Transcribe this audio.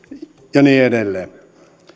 ja niin edelleen